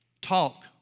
talk